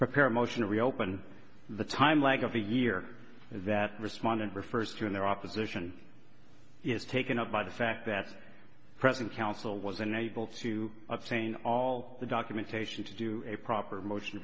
prepare a motion to reopen the time lag of the year that respondent refers to and their opposition is taken up by the fact that present counsel was unable to obtain all the documentation to do a proper motion